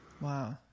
Wow